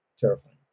terrifying